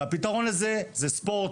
והפתרון לזה הוא ספורט,